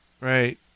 Right